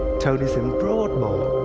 tony's in broadmoor.